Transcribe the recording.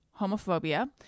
homophobia